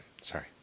Sorry